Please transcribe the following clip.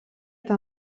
eta